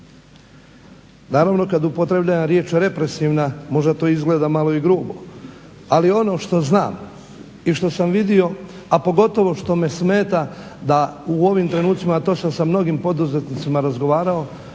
Naravno, kad upotrebljavam riječ represivna možda to izgleda malo i grubo, ali ono što znam i što sam vidio, a pogotovo što me smeta da u ovim trenucima, a to sam sa mnogim poduzetnicima razgovarao,